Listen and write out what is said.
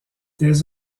des